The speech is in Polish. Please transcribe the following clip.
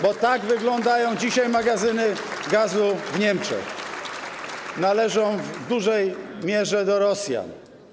Bo tak wyglądają dzisiaj magazyny gazu w Niemczech - należą w dużej mierze do Rosjan.